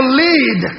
lead